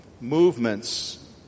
movements